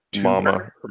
Mama